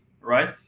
right